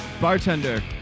bartender